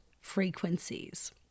frequencies